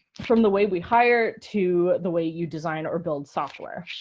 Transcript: from the way we hire to the way you design or build software.